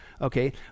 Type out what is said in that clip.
okay